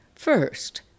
First